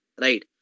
Right